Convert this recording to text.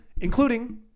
including